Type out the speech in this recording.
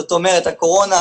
זאת אומרת הקורונה,